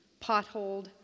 potholed